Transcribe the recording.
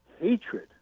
hatred